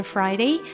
Friday